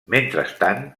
mentrestant